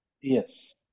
Yes